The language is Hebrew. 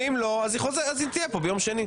אם אין הצבעה אז היא תהיה פה גם ביום שני.